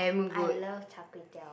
I love Char-Kway-Teow